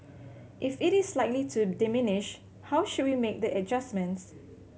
if it is likely to diminish how should we make the adjustments